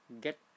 get